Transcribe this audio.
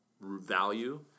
value